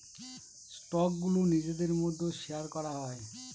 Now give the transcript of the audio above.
স্টকগুলো নিজেদের মধ্যে শেয়ার করা হয়